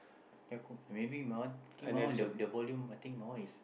uh maybe my one I think my one the the volume I think my one is